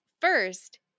First